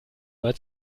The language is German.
mal